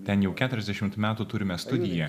ten jau keturiasdešimt metų turime studiją